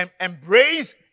embrace